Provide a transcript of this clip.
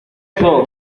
eso